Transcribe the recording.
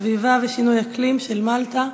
סביבה ושינוי אקלים של מלטה,